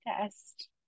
test